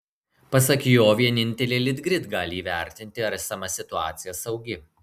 pasak jo vienintelė litgrid gali įvertinti ar esama situacija saugi